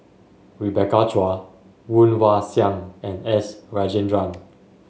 Rebecca Chua Woon Wah Siang and S Rajendran